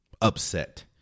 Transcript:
upset